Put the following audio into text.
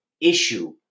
issue